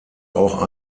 auch